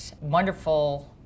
wonderful